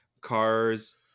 cars